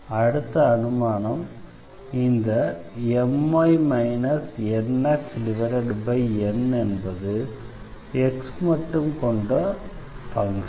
அடுத்த அனுமானம் இந்த My NxN என்பது x மட்டும் கொண்ட ஃபங்ஷன்